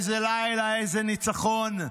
איזה לילה, איזה ניצחון,